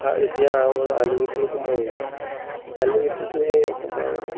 এতিয়া আপোনাৰ আলুখেতিৰ সময় আহিব আলু খেতিটো সেই আমাৰ